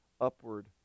upward